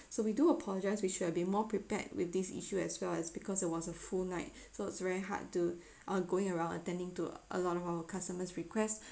so we do apologise we should have be more prepared with this issue as well as because there was a full night so it's very hard to uh going around attending to a lot of our customers' request